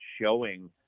showing